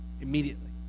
Immediately